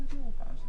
שתהיה הארכה אוטומטית